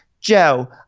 Joe